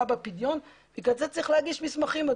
בפדיון ובגלל זה צריך להגיש מסמכים.